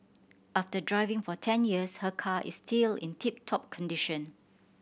after driving for ten years her car is still in tip top condition